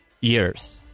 years